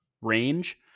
range